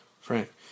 Frank